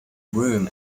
room